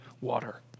water